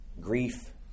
Grief